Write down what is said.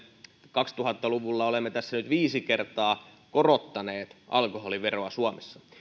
kaksituhatta luvulla olemme viisi kertaa korottaneet alkoholiveroa suomessa